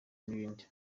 n’ibindi